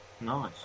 Nice